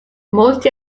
molti